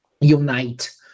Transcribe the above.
unite